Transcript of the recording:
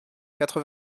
quatre